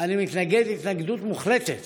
מתנגד התנגדות מוחלטת